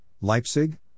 Leipzig